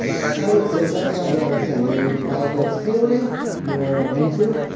सहयोग चाहिँ सरकारद्वारा चाहिँ हामी पाएको छैनौँ नै म भन्छु